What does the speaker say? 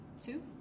two